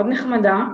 מאוד נחמדה.